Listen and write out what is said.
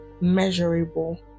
measurable